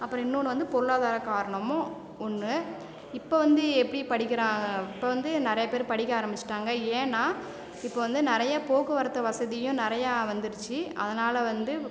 அப்புறம் இன்னொன்று வந்து பொருளாதார காரணமும் ஒன்று இப்போ வந்து எப்படி படிக்கிறாங்க இப்போ வந்து நிறைய பேர் படிக்க ஆரம்பிச்சிவிட்டாங்க ஏன்னா இப்போ வந்து நிறைய போக்குவரத்தை வசதியும் நிறையா வந்துடுச்சு அதனால் வந்து